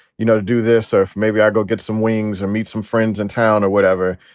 you know, to do this or if maybe i go get some wings or meet some friends in town or whatever,